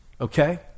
okay